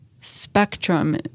spectrum